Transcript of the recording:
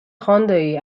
خاندایی